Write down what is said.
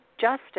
justice